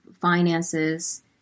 finances